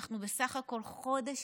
אנחנו בסך הכול חודש